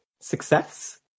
Success